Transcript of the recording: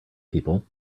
people